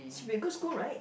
should be a good school right